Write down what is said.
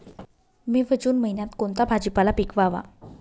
मे व जून महिन्यात कोणता भाजीपाला पिकवावा?